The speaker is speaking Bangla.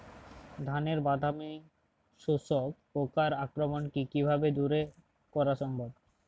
ধানের বাদামি শোষক পোকার আক্রমণকে কিভাবে দূরে করা সম্ভব?